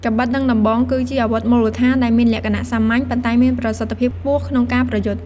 កាំបិត និងដំបង គឺជាអាវុធមូលដ្ឋានដែលមានលក្ខណៈសាមញ្ញ ប៉ុន្តែមានប្រសិទ្ធភាពខ្ពស់ក្នុងការប្រយុទ្ធ។